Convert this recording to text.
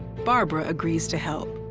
barbara agrees to help.